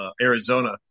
Arizona